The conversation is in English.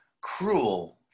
cruel